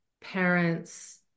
parents